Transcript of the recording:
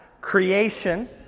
creation